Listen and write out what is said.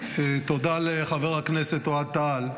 תודה לחבר הכנסת אוהד טל.